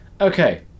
Okay